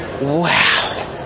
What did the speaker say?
Wow